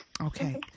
Okay